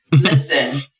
Listen